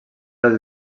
als